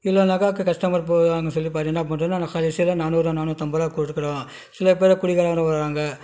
இல்லன்னாக்க customer போகிறாங்க சில பேர் என்ன பண்றாங்கனால் கடைசியில் நானூறுரூவா நானூற்றைம்பது ரூவாய் கொடுக்கறோம் சில பேர் குடிகாரங்க வர்றாங்க